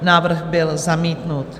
Návrh byl zamítnut.